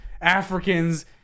Africans